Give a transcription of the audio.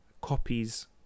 copies